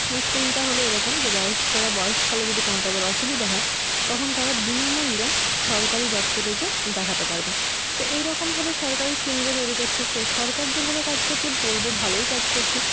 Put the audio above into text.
স্কিমটা হল এরকম যে বয়স্করা বয়সকালে যদি কোনো তাদের অসুবিধা হয় তখন তারা বিনামূল্যে সরকারি দফতরে যেয়ে দেখাতে পারবে তো এই রকমভাবে সরকার এই স্কিমগুলো তৈরি করছে সরকার যেভাবে কাজ করছে বলবো ভালোই কাজ করছে